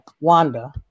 Wanda